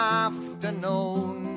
afternoon